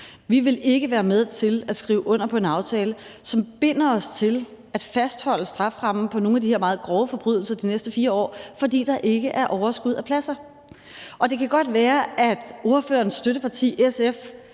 Vi vil ikke være med til at skrive under på en aftale, som binder os til at fastholde strafferammen på nogle af de her meget grove forbrydelser de næste 4 år, fordi der ikke er overskud af pladser. Og det kan godt være, at ordførerens støtteparti, SF,